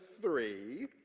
three